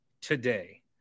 today